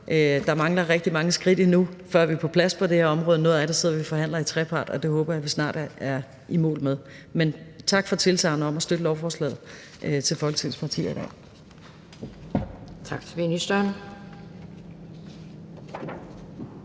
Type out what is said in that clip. Der mangler rigtig mange skridt endnu, før vi er på plads på det her område. Noget af det sidder vi og forhandler i trepart, og det håber jeg vi snart er i mål med. Men tak til Folketingets partier for tilsagnet om at